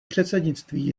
předsednictví